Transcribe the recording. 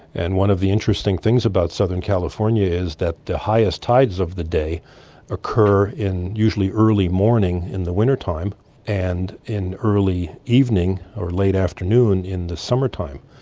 and one of the interesting things about southern california is that the highest tides of the day occur in usually early morning in the winter time and in early evening or late afternoon in the summer time.